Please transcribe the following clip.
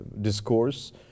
discourse